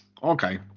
Okay